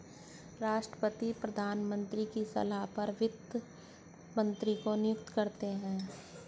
राष्ट्रपति प्रधानमंत्री की सलाह पर वित्त मंत्री को नियुक्त करते है